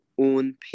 own